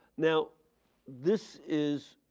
now this is